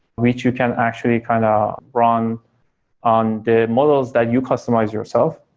which you can actually kind of run on the models that you customize yourself.